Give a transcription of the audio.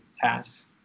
tasks